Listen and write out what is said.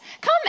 Come